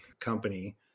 company